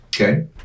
Okay